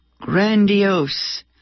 grandiose